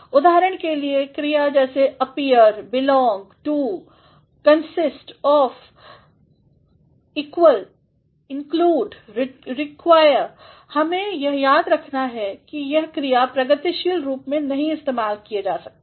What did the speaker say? उदाहरण के लिए क्रिया जैसे appear belong to consist of equal include require हमें यह भी याद है कि यह क्रिया प्रगतिशील रूप में नहीं इस्तेमाल की जा सकती है